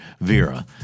Vera